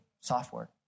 software